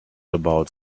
about